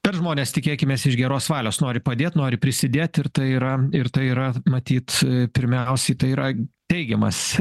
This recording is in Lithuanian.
per žmones tikėkimės iš geros valios nori padėt nori prisidėt ir tai yra ir tai yra matyt pirmiausiai tai yra teigiamas